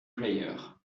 player